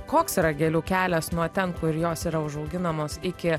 koks yra gėlių kelias nuo ten kur jos yra užauginamos iki